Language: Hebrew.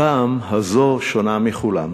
הפעם הזאת שונה מכולן.